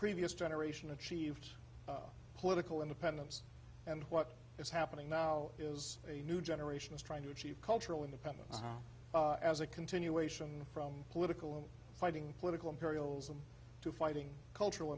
previous generation achieved political independence and what is happening now is a new generation is trying to achieve cultural independence as a continuation from political fighting political imperialism to fighting cultural